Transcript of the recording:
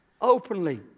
openly